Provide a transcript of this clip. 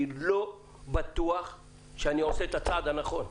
אני לא בטוח שאני עושה את הצעד הנכון.